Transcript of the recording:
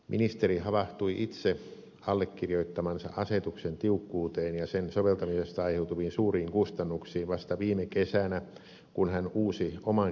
ministeri havahtui itse allekirjoittamansa asetuksen tiukkuuteen ja sen soveltamisesta aiheutuviin suuriin kustannuksiin vasta viime kesänä kun hän uusi oman kiinteistönsä jätevesijärjestelmää